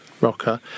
rocker